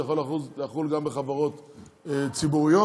זה יכול לחול גם בחברות ציבוריות.